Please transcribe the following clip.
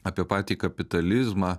apie patį kapitalizmą